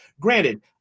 granted